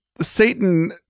Satan